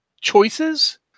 choices